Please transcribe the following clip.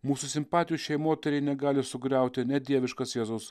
mūsų simpatijų šiai moteriai negali sugriauti net dieviškas jėzaus